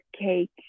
cake